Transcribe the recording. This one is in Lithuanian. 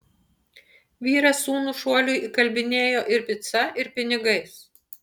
vyras sūnų šuoliui įkalbinėjo ir pica ir pinigais